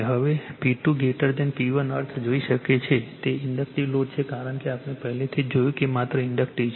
હવે હવે P2 P1 અર્થ જોઈ શકાય છે તે ઇન્ડક્ટિવ લોડ છે કારણ કે આપણે પહેલેથી જ જોયું છે કે તે માત્ર ઇન્ડક્ટિવ છે